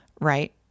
right